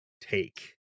take